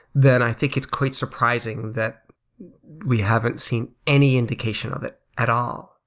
then i think it's quite surprising that we haven't seen any indication of it at all,